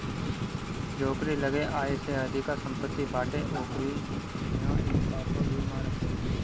जेकरी लगे आय से अधिका सम्पत्ति बाटे ओकरी इहां इ छापा भी मारत हवे